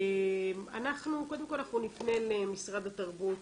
קודם כל אנחנו נפנה למשרד התרבות